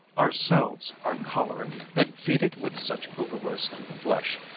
ourselves are choleric, than feed it with such over-roasted flesh.